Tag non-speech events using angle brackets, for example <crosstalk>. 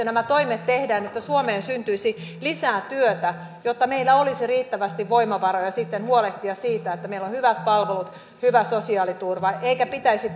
<unintelligible> nämä kilpailukykysopimuksen toimet tehdään että suomeen syntyisi lisää työtä jotta meillä olisi riittävästi voimavaroja sitten huolehtia siitä että meillä on hyvät palvelut hyvä sosiaaliturva eikä pitäisi <unintelligible>